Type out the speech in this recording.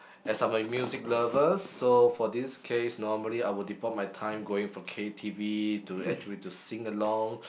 as I'm a music lover so for this case normally I would devote my time going for K_T_V to actually to sing along